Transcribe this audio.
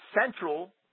Central